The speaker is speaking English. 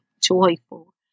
joyful